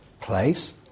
place